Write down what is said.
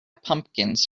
pumpkins